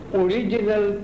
original